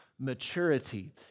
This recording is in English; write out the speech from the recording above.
maturity